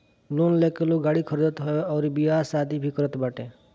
loan लेके लोग गाड़ी खरीदत हवे अउरी बियाह शादी भी करत बाटे